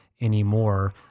anymore